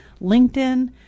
LinkedIn